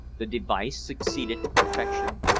the device succeeded to perfection.